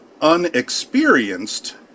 unexperienced